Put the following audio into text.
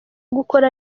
gukora